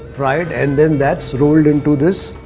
fried and then that's rolled into this.